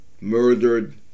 murdered